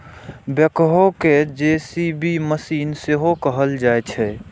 backhoe कें JCB machine सेहो कहल जाइ छै